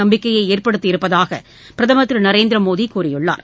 நம்பிக்கையை ஏற்படுத்தி இருப்பதாக பிரதமர் திரு நரேந்திர மோடி கூறியுள்ளார்